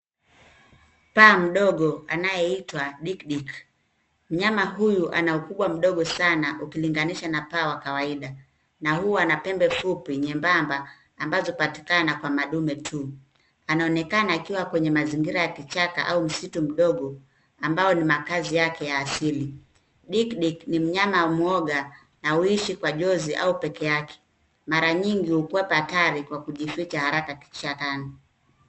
Paa mdogo anayeitwa dikdik mnyama huyu anaukubwa mdogo sana ukiliganisha na paa wa kawaida na huwa anapembe fupi nyembamba ambazo hupatikana kwa madume tu. Anaonekana akiwa kwenye mazingira ya kichaka au msitu mdogo ambao ni makaazi yake ya asili . dikdik ni mnyama muoga na huishi kwa jozi au peke yake mara nyingi hukwepa hatari kwa kujifinya haraka kichakani.